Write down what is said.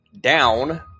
down